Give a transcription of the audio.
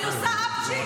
אני עושה אפצ'י,